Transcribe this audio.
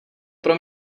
pro